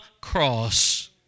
cross